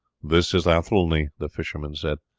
this is athelney, the fisherman said,